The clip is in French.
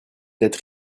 être